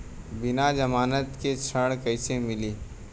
बिना जमानत के ऋण कईसे मिली?